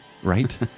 right